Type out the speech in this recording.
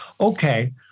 Okay